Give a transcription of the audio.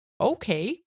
okay